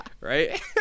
right